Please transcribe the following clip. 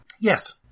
Yes